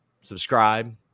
subscribe